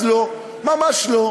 אז לא, ממש לא.